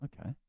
Okay